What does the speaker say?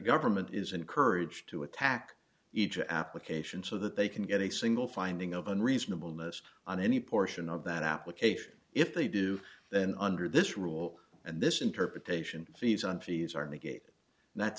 government is encouraged to attack each application so that they can get a single finding of unreasonable list on any portion of that application if they do then under this rule and this interpretation feeds on fees are negate